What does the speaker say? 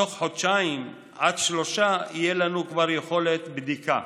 "תוך חודשיים עד שלושה תהיה לנו כבר יכולת בדיקה.